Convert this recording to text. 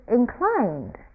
inclined